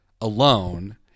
alone